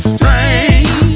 Strange